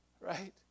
right